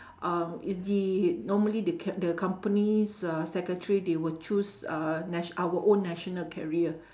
um is the normally the ca~ the company's uh secretary they will choose uh nat~ our own national carrier